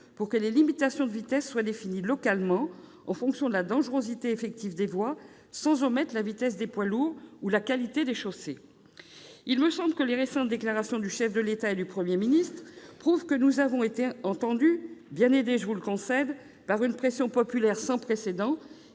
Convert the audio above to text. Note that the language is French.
pour que les limitations de vitesse soient définies localement, en fonction de la dangerosité effective des voies, sans omettre la vitesse des poids lourds ni la qualité des chaussées. Il me semble que les récentes déclarations du chef de l'État et du Premier ministre prouvent que nous avons été entendus, bien aidés, je vous le concède, par une pression populaire sans précédent,